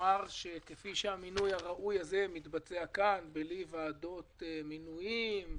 ולומר שכפי שהמינוי הראוי הזה מתבצע כאן בלי ועדות מינויים,